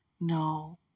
No